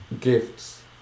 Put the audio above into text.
gifts